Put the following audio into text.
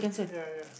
ya ya